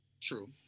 True